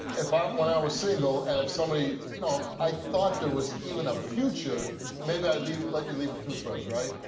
if i, when i was single and if somebody, you know if i thought there was even a future maybe i'd leave, let you leave a toothbrush right?